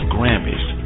Grammys